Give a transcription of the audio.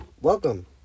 welcome